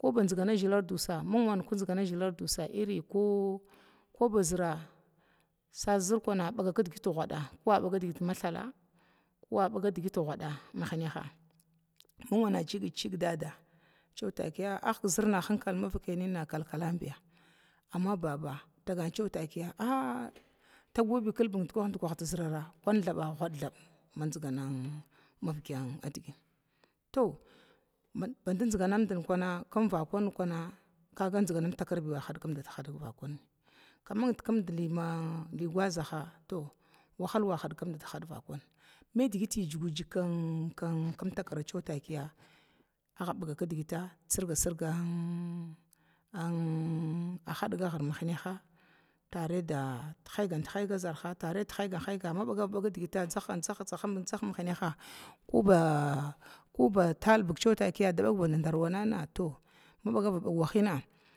ko ba zigana zhilar dusa nin wan ko koba zəra sas zər kuna baga kidgit guda ko abga digit ma thala ko abaga digit guda mahnaha min wane cigit cig daada cewa takiya agg zərana hinkalin man vakai nina kal kalan biya, amma baba atagancewa takiya aah tagwa bi kilbi dukwah dukwah tizərya kun thaba gud thaba ma zigana nan mafgan thab, to badig ganamdi kuna vakwana kuna kaga ziganam takirbi wa hadkimdan had vakuni kaman di kumda liman gwazaha towa hala wa hadkimdat hadga vakwanan maidigiti jinguji kim takira cewa takiya agga baya kidgita sirga sigan hadga hir mahnaha an an tare da higant haiga zorha tare di higant higa digita dzahavant dzahga mahnaha ko ba koba talbig cewa kiyada bagav dadara wanana to wahina.